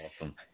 Awesome